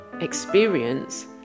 experience